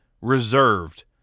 reserved